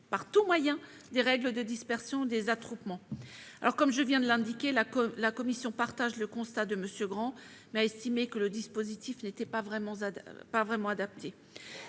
par tout moyen des règles de dispersion des attroupements. Comme je viens de l'indiquer, la commission partage le constat de M. Grand, mais a estimé que le dispositif proposé n'était pas vraiment adapté.